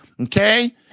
Okay